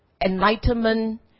enlightenment